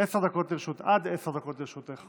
עד עשר דקות לרשותך.